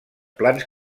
plans